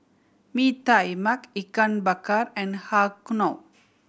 Mee Tai Mak Ikan Bakar and Har Kow